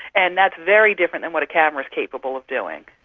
and that's very different than what a camera is capable of doing.